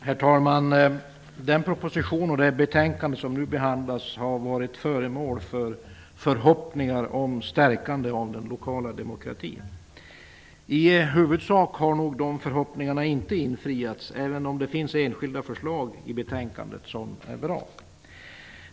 Herr talman! Den proposition och det betänkande som nu behandlas har varit föremål för förhoppningar om stärkande av den lokala demokratin. I huvudsak har dessa förhoppningar inte infriats, även om det i betänkandet finns enskilda förslag som är bra.